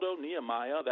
Nehemiah